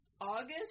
August